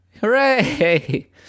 Hooray